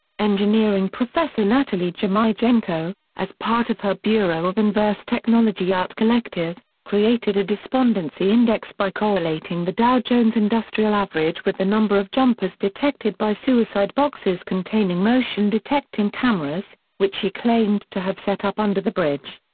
engineering professor natalie jeremijenko, as part of her bureau of inverse technology art collective, created a despondency index by correlating the dow jones industrial average with the number of jumpers detected by suicide boxes containing motion-detecting cameras which she claimed to have set up under the bridge.